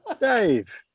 Dave